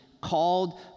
called